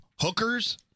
hookers